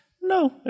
No